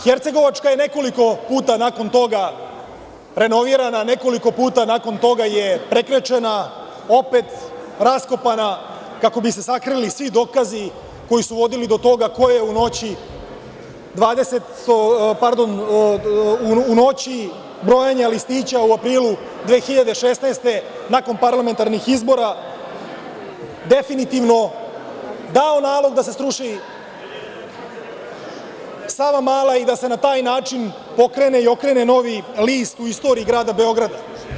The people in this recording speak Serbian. Hercegovačka je nekoliko puta nakon toga renovirana, nekoliko puta nakon toga je prekrečena, opet raskopana kako bi se sakrili svi dokazi koji su vodili do toga ko je u noći brojanje listića u aprilu 2016. godine, nakon parlamentarnih izbora, definitivno dao nalog da se sruši Savamala i da se na taj način pokrene i okrene novi list u istoriji grada Beograda.